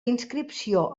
inscripció